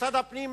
ומשרד הפנים,